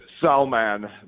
Salman